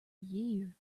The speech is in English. year